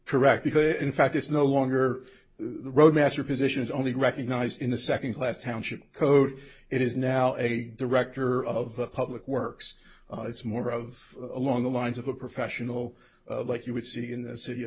because in fact it's no longer the roadmaster positions only recognized in the second class township code it is now a director of public works it's more of along the lines of a professional like you would see in the city of